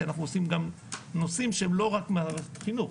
כי אנחנו עושים גם נושאים שהם לא רק מערכת חינוך,